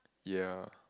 ya